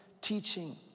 teaching